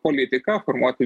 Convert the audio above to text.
politiką formuoti